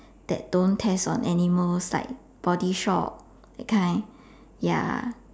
that don't test on animals like body shop that kind ya